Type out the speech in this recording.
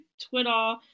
Twitter